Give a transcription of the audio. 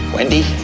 Wendy